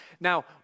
Now